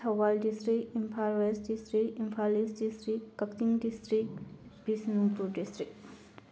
Thoubal district Imphal west district Imphal east district Kakching district Bishnupur district